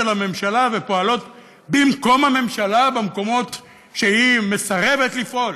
הממשלה ופועלים במקום הממשלה במקומות שהיא מסרבת לפעול,